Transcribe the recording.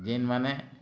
ଯେନ୍ମାନେ